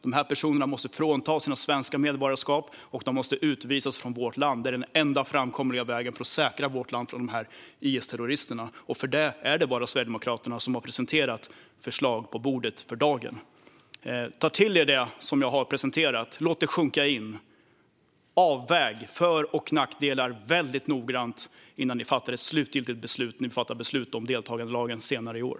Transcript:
De måste fråntas sina svenska medborgarskap och utvisas från vårt land. Det är den enda framkomliga vägen för att säkra vårt land för dessa IS-terrorister. Det är för dagen bara Sverigedemokraterna som har lagt fram förslag på bordet om detta. Ta till er det jag har sagt, och låt det sjunka in! Avväg för och nackdelar väldigt noggrant innan ni fattar ett slutgiltigt beslut om deltagandelagen senare i år.